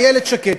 איילת שקד,